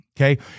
Okay